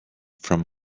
from